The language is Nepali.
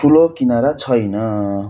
ठुलो इनार छैन